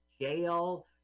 jail